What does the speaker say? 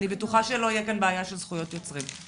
אני בטוחה שלא תהיה כאן בעיה של זכויות יוצרים.